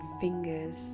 fingers